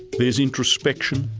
there's introspection.